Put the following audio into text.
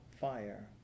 fire